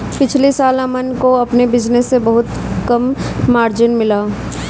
पिछले साल अमन को अपने बिज़नेस से बहुत कम मार्जिन मिला